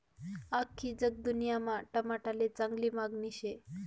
आख्खी जगदुन्यामा टमाटाले चांगली मांगनी शे